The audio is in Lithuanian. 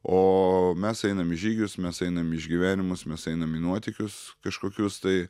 o mes einam į žygius mes einam į išgyvenimus mes einam į nuotykius kažkokius tai